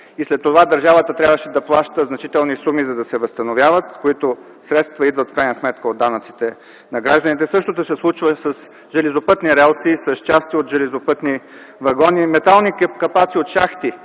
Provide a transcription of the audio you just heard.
След това държавата трябваше да плаща значителни суми, за да се възстановяват, а средства в крайна сметка идват от данъците на гражданите. Същото се случва и с ЖП релси, с части от ЖП вагони, метални капаци от шахти,